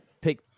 pick